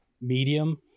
medium